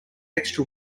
extra